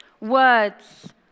Words